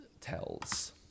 tells